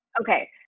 okay